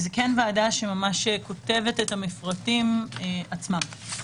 זה כן ועדה שממש כותבת את המפרטים עצמם.